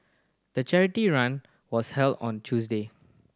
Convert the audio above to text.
the charity run was held on Tuesday